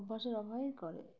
অভ্যাসের অভাবেই করে